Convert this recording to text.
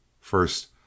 first